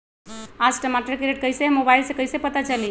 आज टमाटर के रेट कईसे हैं मोबाईल से कईसे पता चली?